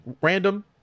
Random